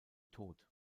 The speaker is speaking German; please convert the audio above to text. tot